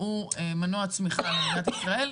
הוא מנוע צמיחה במדינת ישראל,